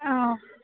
ஆ